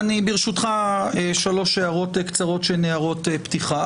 ברשותך, שלוש הערות קצרות שהן הערות פתיחה.